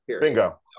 Bingo